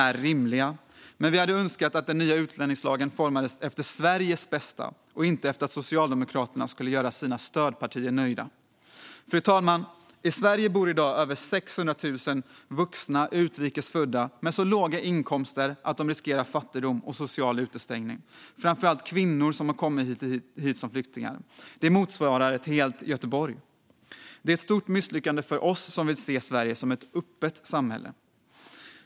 Men vi hade önskat att den nya utlänningslagen formades efter Sveriges bästa och inte efter att Socialdemokraterna skulle kunna göra sina stödpartier nöjda. Fru talman! I Sverige bor i dag över 600 000 vuxna utrikes födda med så låga inkomster att de riskerar fattigdom och social utestängning, och framför allt består gruppen av kvinnor som har kommit hit som flyktingar. Det motsvarar ett helt Göteborg. Det är ett stort misslyckande för oss som vill se Sverige som ett öppet samhälle.